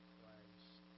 Christ